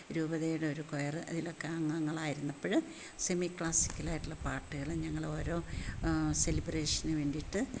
രൂപതയുടെ ഒരു കൊയറ് അതിലൊക്ക അംഗങ്ങളായിരുന്നപ്പഴ് സെമി ക്ലാസ്സിക്കൽ ആയിട്ടുള്ള പാട്ടുകൾ ഞങ്ങൾ ഓരോ സെലിബ്രേഷന് വേണ്ടിയിട്ട്